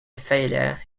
failure